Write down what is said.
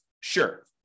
Sure